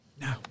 no